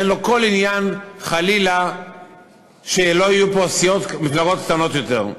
ואין לו כל עניין חלילה שלא יהיו פה מפלגות קטנות יותר.